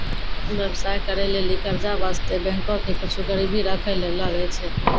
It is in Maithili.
व्यवसाय करै लेली कर्जा बासतें बैंको के कुछु गरीबी राखै ले लागै छै